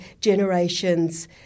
generations